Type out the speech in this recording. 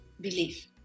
belief